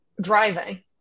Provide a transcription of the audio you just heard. driving